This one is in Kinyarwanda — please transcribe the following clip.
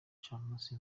gicamunsi